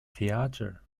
theatre